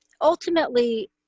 ultimately